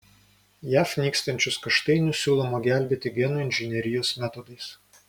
jav nykstančius kaštainius siūloma gelbėti genų inžinerijos metodais